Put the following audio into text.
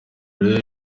rero